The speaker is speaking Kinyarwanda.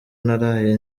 naraye